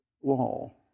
wall